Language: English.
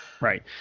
right